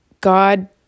God